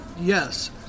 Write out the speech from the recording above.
Yes